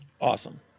Awesome